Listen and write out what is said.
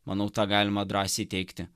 manau tą galima drąsiai teigti